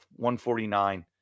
149